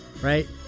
right